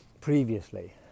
Previously